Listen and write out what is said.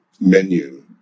menu